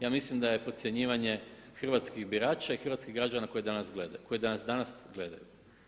Ja smislim da je podcjenjivanje hrvatskih birača i hrvatskih građana koji nas danas gledaju.